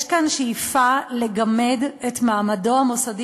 יש כאן שאיפה לגמד את מעמדו המוסדי